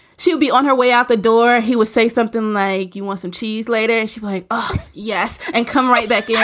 she'll be on her way out the door. he will say something like, you want some cheese later? and she's like, oh, yes. and come right back yeah